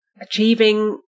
achieving